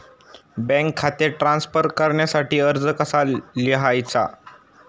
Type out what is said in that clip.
Bank खाते transfer करण्यासाठी अर्ज कसा लिहायचा?